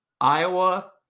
Iowa